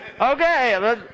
okay